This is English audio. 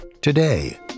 today